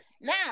Now